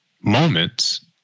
moments